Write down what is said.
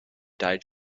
died